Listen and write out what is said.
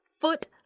foot